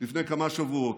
לפני כמה שבועות,